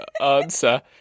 answer